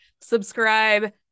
subscribe